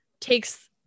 takes